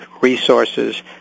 resources